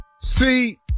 See